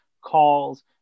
calls